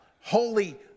holy